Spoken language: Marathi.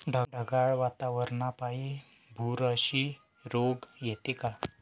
ढगाळ वातावरनापाई बुरशी रोग येते का?